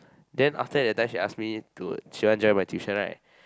then after that time she ask me to she want join my tuition right